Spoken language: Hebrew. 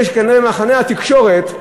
כנראה מחנה התקשורת,